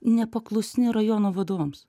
nepaklusni rajono vadovams